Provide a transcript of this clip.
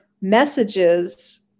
messages